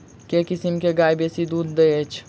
केँ किसिम केँ गाय बेसी दुध दइ अछि?